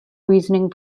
reasoning